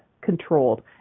controlled